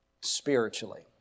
spiritually